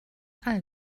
all